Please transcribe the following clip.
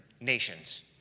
nations